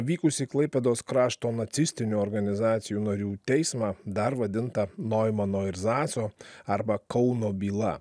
vykusį klaipėdos krašto nacistinių organizacijų narių teismą dar vadintą noimano ir zaso arba kauno byla